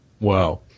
Wow